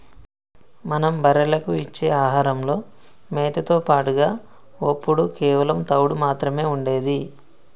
మనం బర్రెలకు ఇచ్చే ఆహారంలో మేతతో పాటుగా ఒప్పుడు కేవలం తవుడు మాత్రమే ఉండేది